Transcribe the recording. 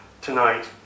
tonight